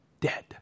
dead